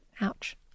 Ouch